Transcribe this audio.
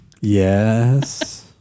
Yes